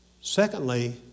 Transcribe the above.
Secondly